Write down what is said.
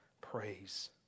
praise